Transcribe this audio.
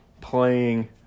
playing